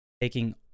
taking